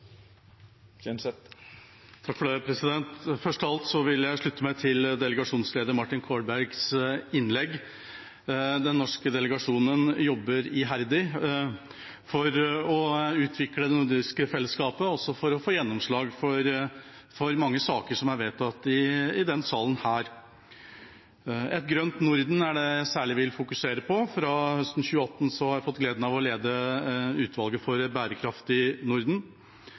Først av alt vil jeg slutte meg til delegasjonsleder Martin Kolbergs innlegg. Den norske delegasjonen jobber iherdig for å utvikle det nordiske fellesskapet og også for å få gjennomslag for mange saker som er vedtatt i denne salen. Et grønt Norden er det vi særlig vil fokusere på. Fra høsten 2018 har jeg hatt gleden av å lede Utvalget for et bærekraftig Norden.